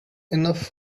enough